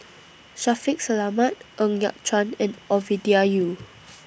Shaffiq Selamat Ng Yat Chuan and Ovidia Yu